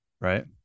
right